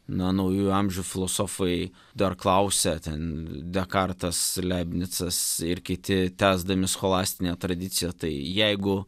na naujųjų amžių filosofai dar klausia ten dekartas leibnicas ir kiti tęsdami scholastinę tradiciją tai jeigu